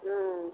ம்